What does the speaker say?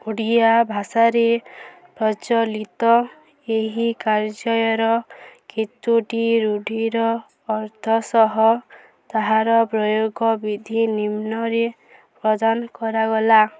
ଓଡ଼ିଆ ଭାଷାରେ ପ୍ରଚଲିତ ଏହି କାର୍ଯ୍ୟର କେତୁଟି ରୂଢ଼ିର ଅର୍ଥ ସହ ତାହାର ପ୍ରୟୋଗ ବିଧି ନିମ୍ନରେ ପ୍ରଦାନ କରାଗଲା